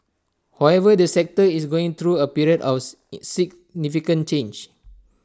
however the sector is going through A period of significant change